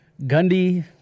Gundy